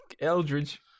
Eldridge